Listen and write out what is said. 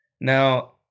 Now